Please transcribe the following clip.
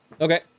Okay